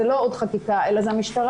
זאת לא עוד חקיקה אלא זאת המשטרה,